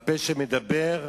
הפה שמדבר,